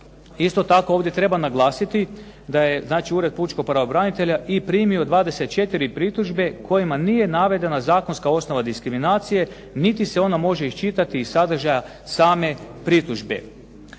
Isto tako, ovdje treba naglasiti da je znači Ured pučkog pravobranitelja i primio 24 pritužbe kojima nije navedena zakonska osnova diskriminacije niti se ona može iščitati iz sadržaja same pritužbe.